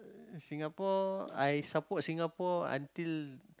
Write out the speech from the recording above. Singapore I support Singapore until